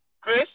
Chris